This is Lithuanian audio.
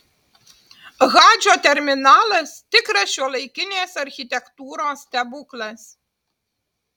hadžo terminalas tikras šiuolaikinės architektūros stebuklas